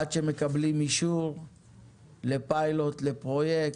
עד שמקבלים אישור לפיילוט או לפרויקט.